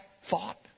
fought